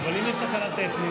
חבר הכנסת עמית הלוי,